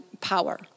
power